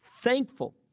thankful